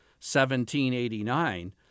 1789